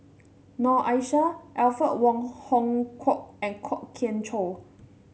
Noor Aishah Alfred Wong Hong Kwok and Kwok Kian Chow